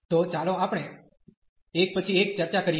તો ચાલો આપણે એક પછી એક ચર્ચા કરીએ